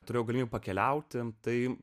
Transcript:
turėjau galimybę pakeliauti tai